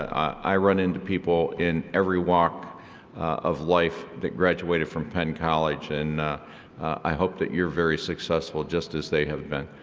i run into people in every walk of life that graduated from penn college. and i hope that you're very successful just as they have been.